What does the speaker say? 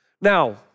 Now